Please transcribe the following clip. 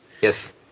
Yes